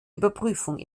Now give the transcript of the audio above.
überprüfung